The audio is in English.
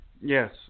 Yes